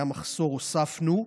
היה מחסור והוספנו,